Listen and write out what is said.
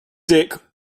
dick